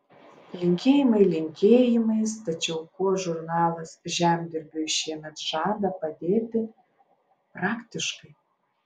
linkėjimai linkėjimais tačiau kuo žurnalas žemdirbiui šiemet žada padėti praktiškai